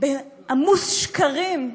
עמוס שקרים,